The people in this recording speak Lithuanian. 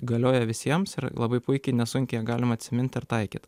galioja visiems yra labai puikiai nesunkiai galima atsimint ir taikyt